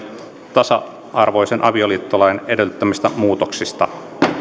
tasa arvoisen avioliittolain edellyttämistä muutoksista niihin